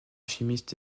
chimiste